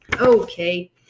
Okay